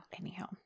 Anyhow